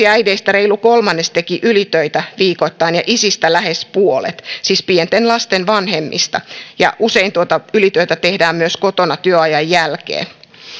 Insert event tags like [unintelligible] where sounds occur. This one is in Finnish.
[unintelligible] äideistä reilu kolmannes teki ylitöitä viikoittain ja isistä lähes puolet siis pienten lasten vanhemmista ja usein tuota ylityötä tehdään myös kotona työajan jälkeen